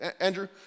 Andrew